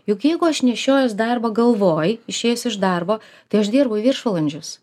juk jeigu aš nešiojuos darbą galvoj išėjus iš darbo tai aš dirbu viršvalandžius